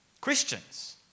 Christians